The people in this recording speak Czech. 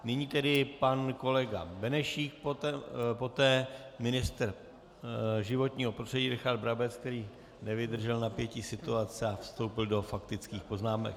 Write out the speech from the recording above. Nyní tedy pan kolega Benešík, poté ministr životního prostředí Richard Brabec, který nevydržel napětí situace a vstoupil do faktických poznámek.